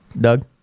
Doug